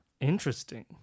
Interesting